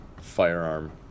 firearm